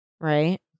Right